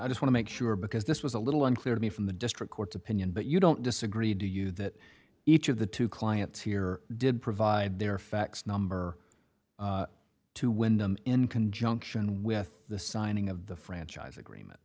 i just want make sure because this was a little unclear to me from the district court's opinion but you don't disagree do you that each of the two clients here did provide their fax number to wyndham in conjunction with the signing of the franchise agreement